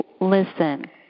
listen